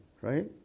right